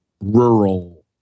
rural